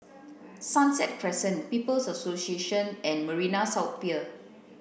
Sunset Crescent People's Association and Marina South Pier